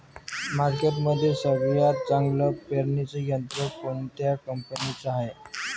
मार्केटमंदी सगळ्यात चांगलं पेरणी यंत्र कोनत्या कंपनीचं हाये?